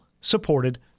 supported